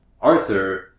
Arthur